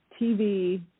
TV